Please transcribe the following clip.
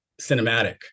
cinematic